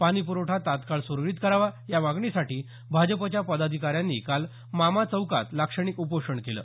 पाणीप्रवठा तात्काळ स्रळीत करावा या मागणीसाठी भाजपच्या पदाधिकाऱ्यांनी काल मामा चौकात लाक्षणिक उपोषण केलं